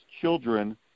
children